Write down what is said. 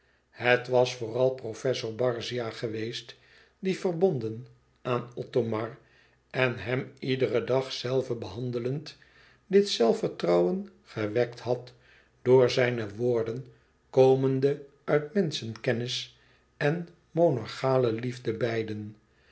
het was vooral professor barzia geweest die verbonden aan othomar en hem iederen dag zelve behandelend dit zelfvertrouwen gewekt had door zijne woorden komende uit menschenkennis en monarchale liefde beiden